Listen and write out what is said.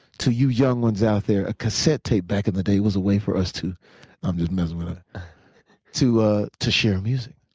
to you young ones out there, a cassette tape back in the day was a way for us to i'm just messing with them ah to share music.